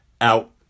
Out